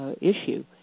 issue